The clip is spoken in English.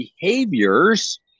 behaviors